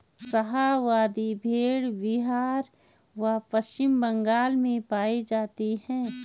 शाहाबादी भेड़ बिहार व पश्चिम बंगाल में पाई जाती हैं